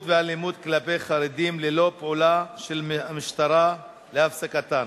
ואלימות נגד חרדים ללא פעולה של המשטרה להפסקתן.